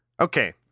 okay